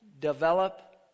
Develop